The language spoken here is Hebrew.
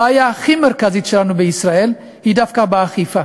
הבעיה הכי מרכזית שלנו בישראל היא דווקא באכיפה.